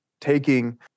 taking